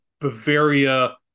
Bavaria